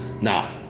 Now